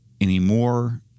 anymore